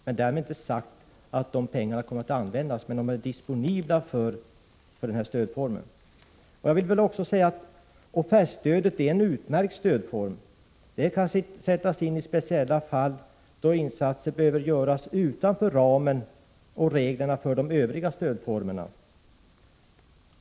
Det är inte säkert att de pengarna kommer att användas, men de är disponibla för ändamålet. Offertstödet är en utmärkt stödform som kan sättas in i speciella fall där insatser behöver göras utanför ramen och reglerna för övriga stödformer.